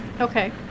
Okay